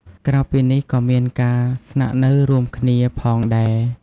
ក្រៅពីនេះ ក៏មានការ ស្នាក់នៅរួមគ្នា ផងដែរ។